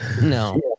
No